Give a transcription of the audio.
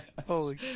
Holy